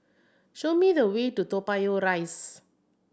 show me the way to Toa Payoh Rise